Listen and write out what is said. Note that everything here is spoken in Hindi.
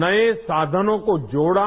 नये साधनों को जोड़ा